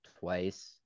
twice